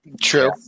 True